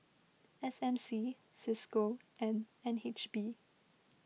S M C Cisco and N H B